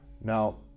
now